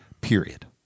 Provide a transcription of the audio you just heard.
period